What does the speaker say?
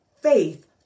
faith